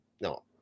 no